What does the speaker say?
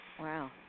Wow